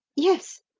yes.